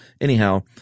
Anyhow